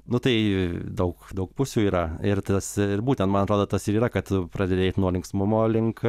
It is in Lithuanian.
nu tai daug daug pusių yra ir tas ir būtent man atrodo tas ir yra kad pradedi eiti nuo linksmumo link